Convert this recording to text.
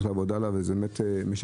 ואמרת שאתה ממשיך לעבוד.